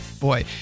Boy